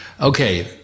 Okay